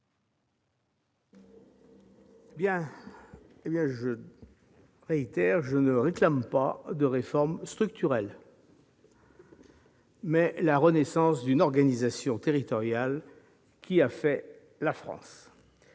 mes propos : je ne réclame pas de réforme structurelle, mais la renaissance d'une organisation territoriale qui a fait la France.